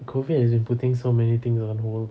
COVID has been putting so many things on hold